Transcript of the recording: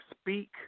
speak